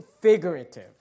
figurative